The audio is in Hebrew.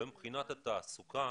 לעניין התעסוקה